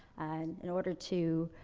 ah, in order to,